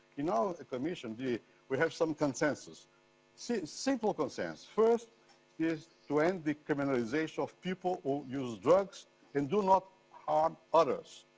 you know, the commission we have some consensus so simple consensus. first is to end the criminalization of people who use drugs and do not harm others.